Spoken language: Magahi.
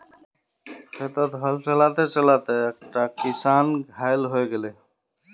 खेतत हल चला त चला त एकता किसान घायल हय गेले